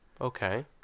okay